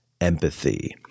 empathy